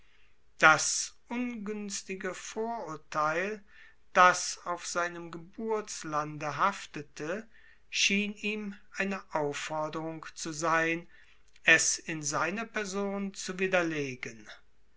das ungünstige vorurteil das auf seinem geburtslande haftete schien ihm eine aufforderung zu sein es in seiner person zu widerlegen